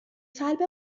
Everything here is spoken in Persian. سلب